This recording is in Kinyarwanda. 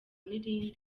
n’irindi